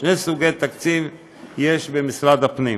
שני סוגי תקציב יש במשרד הפנים,